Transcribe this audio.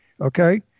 okay